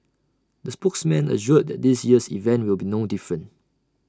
the spokesperson assured that this year's event will be no different